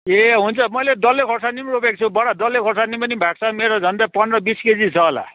ए हुन्छ मैले डल्ले खोर्सानी पनि रोपेको छु बडा डल्ले खोर्सानी पनि भएको मेरो झन्डै पन्ध्र बिस केजी छ होला